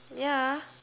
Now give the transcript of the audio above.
ya